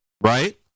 right